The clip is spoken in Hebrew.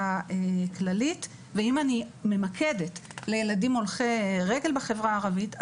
הכללית ואם אני ממקדת לילדים הולכי רגל בחברה הערבית,